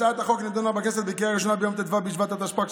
הצעת החוק נדונה בכנסת בקריאה ראשונה ביום ט"ו בשבט התשפ"ג,